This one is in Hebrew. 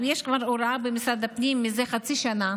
יש כבר הוראה במשרד הפנים מזה חצי שנה